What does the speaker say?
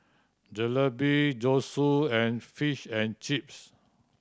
Jalebi Zosui and Fish and Chips